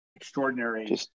Extraordinary